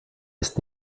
ist